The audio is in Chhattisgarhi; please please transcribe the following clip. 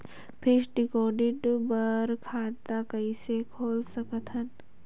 फिक्स्ड डिपॉजिट बर खाता कइसे खोल सकत हन?